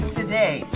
today